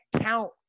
count